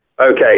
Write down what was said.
Okay